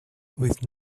with